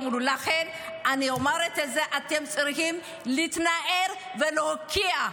לכן אני אומרת: אתם צריכים להתנער ולהוקיע.